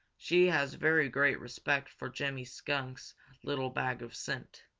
she has very great respect for jimmy skunk's little bag of scent.